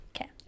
Okay